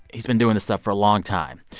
he's been doing this stuff for a long time.